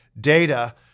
data